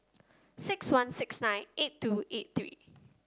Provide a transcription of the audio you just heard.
six one six nine eight two eight three